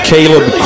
Caleb